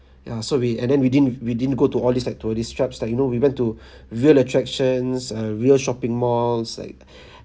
ya so we and then we didn't we didn't go to all these like tourist traps like you know we went to real attractions uh real shopping malls like